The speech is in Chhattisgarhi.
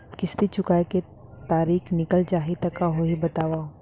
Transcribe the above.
किस्ती चुकोय के तारीक निकल जाही त का होही बताव?